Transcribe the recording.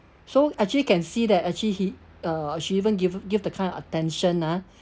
so actually can see that actually he uh she even give give the kind attention lah